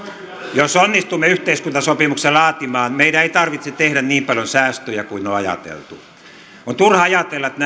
jos onnistumme yhteiskuntasopimuksen laatimaan meidän ei tarvitse tehdä niin paljon säästöjä kuin on ajateltu on turha ajatella että